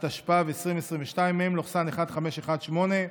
התשפ"ב 2022, מ/1518.